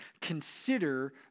consider